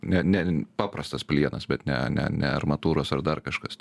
ne ne paprastas plienas bet ne ne ne armatūros ar dar kažkas